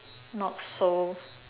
not so